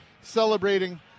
celebrating